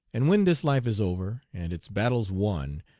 and when this life is over, and its battles won,